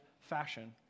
fashion